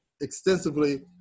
extensively